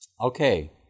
Okay